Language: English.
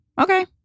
Okay